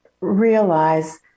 realize